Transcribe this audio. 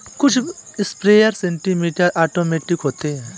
कुछ sprayer semi automatic होते हैं